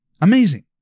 Amazing